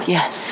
Yes